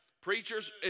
Preachers